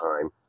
time